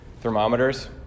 thermometers